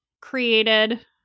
created